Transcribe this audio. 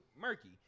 murky